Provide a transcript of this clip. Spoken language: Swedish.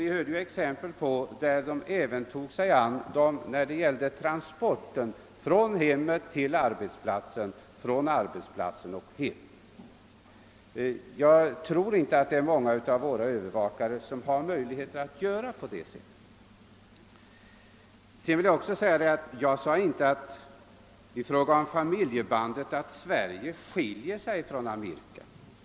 Vi fick exempel på att de även tog sig an sina klienter när det gällde transporten från hemmet tiil arbetsplatsen och vice versa. Jag tror inte att det är många av våra övervakare som har möjligheter att göra det. Jag påstod inte heller att Sverige i fråga om familjebanden skiljer sig från Amerika.